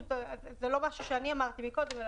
זה לא משהו שאמרתי מקודם,